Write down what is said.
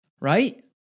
right